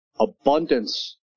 abundance